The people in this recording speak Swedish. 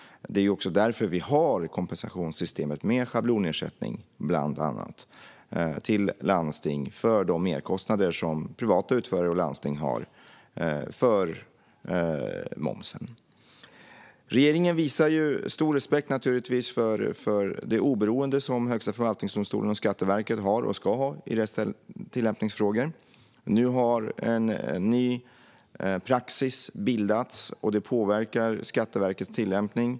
Det är också därför vi har kompensationssystemet med schablonersättning, bland annat, till landsting för de merkostnader som privata utförare och landsting har för momsen. Regeringen har naturligtvis stor respekt för det oberoende som Högsta förvaltningsdomstolen och Skatteverket har och ska ha i rättstillämpningsfrågor. Nu har en ny praxis bildats, och det påverkar Skatteverkets tillämpning.